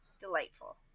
Delightful